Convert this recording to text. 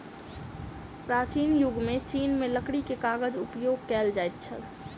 प्राचीन युग में चीन में लकड़ी के कागज उपयोग कएल जाइत छल